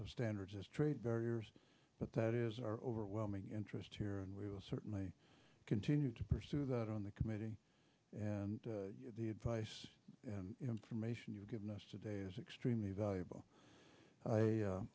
of standards as trade barriers but that is our overwhelming interest here and we will certainly continue to pursue that on the committee and the advice and information you've given us today is extremely valuable i